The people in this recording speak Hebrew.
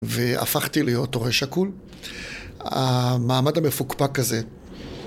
והפכתי להיות הורה שכול. המעמד המפוקפק הזה...